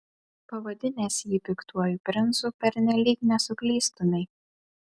pavadinęs jį piktuoju princu pernelyg nesuklystumei